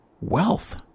wealth